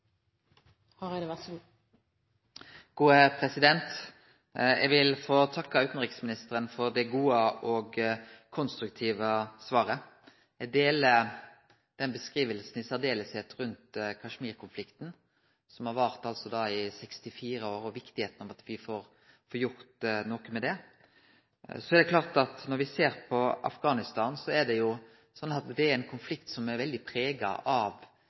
Eg vil få takke utanriksministeren for det gode og konstruktive svaret. Eg deler beskrivinga hans, særleg når det gjeld Kashmir-konflikten, som har vart i 64 år, og kor viktig det er at vi får gjort noko med det. Det er klart at konflikten i Afghanistan er veldig prega av landa og regionen rundt. Der må ein